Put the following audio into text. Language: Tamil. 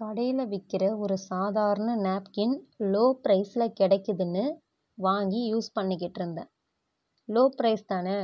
கடையில் விற்கிற ஒரு சாதாரண நாப்கின் லோ பிரைஸில் கிடைக்குதுன்னு வாங்கி யூஸ் பண்ணிக்கிட்டு இருந்தேன் லோ பிரைஸ் தானே